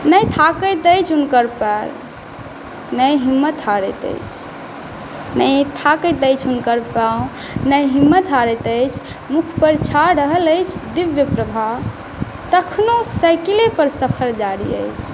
नहि थाकैत अछि हुनकर पएर नहि हिम्मत हारैत अछि नहि थाकैत अछि हुनकर पाँव नहि हिम्मत हारैत अछि मुखपर छा रहल अछि दिव्य प्रभा तखनो साइकिलेपर सफर जारी अछि